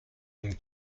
une